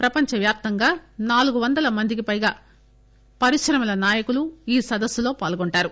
ప్రపంచవ్యాప్తంగా నాలుగు వందల మందికి పైగా పరిశ్రమల నాయకులు ఈ సదస్పులో పాల్గొంటారు